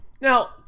Now